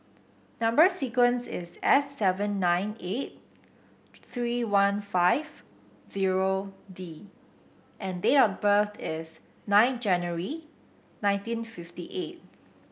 number sequence is S seven nine eight three one five zero D and date of birth is nine January nineteen fifty eight